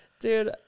Dude